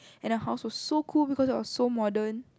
and her house was so cool because it was so modern